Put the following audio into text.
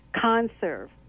conserve